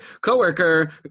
coworker